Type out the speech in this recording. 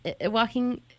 walking